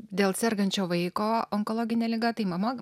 dėl sergančio vaiko onkologine liga tai mama